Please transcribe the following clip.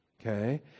Okay